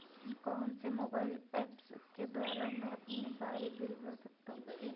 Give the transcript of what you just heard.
कौनसे mobile apps के द्वारा मैं अपने सारे बिल भर सकता हूं?